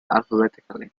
alphabetically